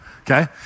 okay